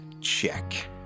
check